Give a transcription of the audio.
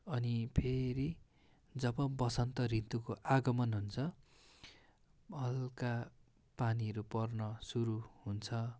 अनि फेरि जब वसन्त ऋतुको आगमन हुन्छ हल्का पानीहरू पर्न सुरु हुन्छ